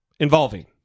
involving